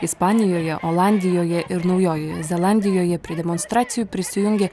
ispanijoje olandijoje ir naujojoje zelandijoje prie demonstracijų prisijungė